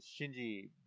Shinji